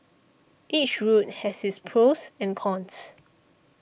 each route has its pros and cons